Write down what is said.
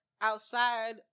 outside